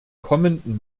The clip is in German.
kommenden